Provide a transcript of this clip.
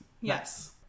Yes